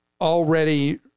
already